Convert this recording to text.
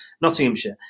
Nottinghamshire